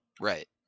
Right